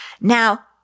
Now